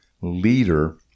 leader